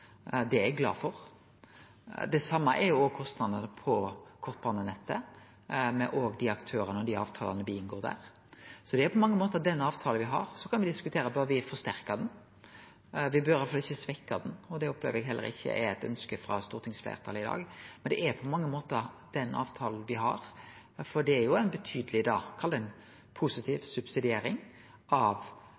Det er eg glad for. Det same gjeld òg kostnadene på kortbanenettet, med dei aktørane og dei avtalane me inngår der. Så det er på mange måtar den avtalen me har. Me kan diskutere om me bør forsterke han. Me burde iallfall ikkje svekkje han, og det opplever eg heller ikkje er eit ønske frå stortingsfleirtalet i dag. Det er på mange måtar den avtalen me har, for det er jo ei betydeleg – kall det – positiv subsidiering av